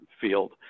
field